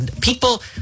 people